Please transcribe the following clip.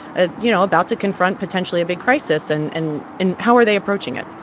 ah you know, about to confront, potentially, a big crisis. and and and how are they approaching it?